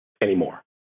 anymore